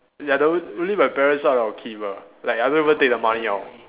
ya that one really my parents one I'll keep ah like I don't even take the money out